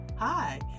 Hi